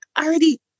already